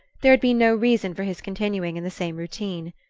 there had been no reason for his continuing in the same routine.